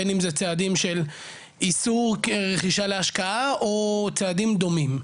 בין אם זה צעדים של איסור לרכישה כהשקעה או צעדים דומים,